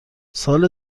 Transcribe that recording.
سال